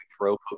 throw